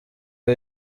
uyu